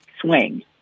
swing